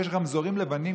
יש רמזורים לבנים,